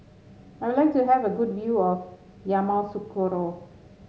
I would like to have a good view of Yamoussoukro